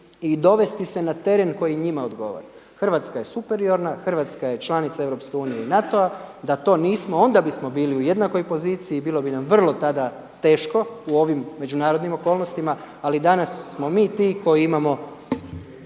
i dovesti se na teren koji njima odgovara. Hrvatska je superiorna, Hrvatska je članica EU i NATO-a, da to nismo onda bismo bili u jednakoj poziciji bilo bi nam vrlo tada teško u ovim međunarodnim okolnostima, ali danas smo mi ti koji imamo,